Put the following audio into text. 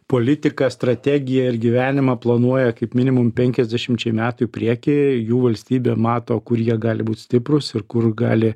politiką strategiją ir gyvenimą planuoja kaip minimum penkiasdešimčiai metų į priekį jų valstybė mato kur jie gali būt stiprūs ir kur gali